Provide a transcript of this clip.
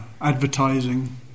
advertising